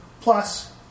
Plus